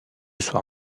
soir